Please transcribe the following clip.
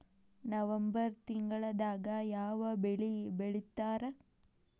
November ತಿಂಗಳದಾಗ ಯಾವ ಬೆಳಿ ಬಿತ್ತತಾರ?